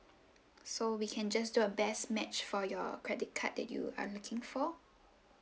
so we can just do a best match for your credit card that you are looking for